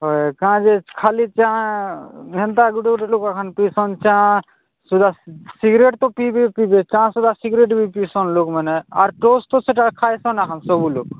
ହଏ କାଁ ଯେ ଖାଲି ଚା ହେନ୍ତା ଗୋଟେ ଗୋଟେ ଲୋକ ହେନ୍ ପିସନ୍ ଚା' ସିଗାରେଟ୍ ପିଇବେ ପିଇବେ ଚା' ସହିତ ସିଗାରେଟ୍ ବି ପିସନ୍ ଲୋକ୍ମାନେ ଆର୍ ଟୋଷ୍ଟ ସେଟା ଖାଏସନ୍ ତ ସବୁ ଲୋକ୍